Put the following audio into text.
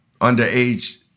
underage